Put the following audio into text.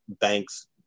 banks